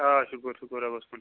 آ شُکُر شُکُر رۄبَس کُن